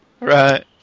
Right